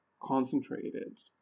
concentrated